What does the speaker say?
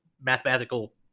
mathematical